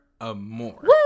Amore